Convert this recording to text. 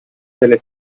delle